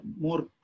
more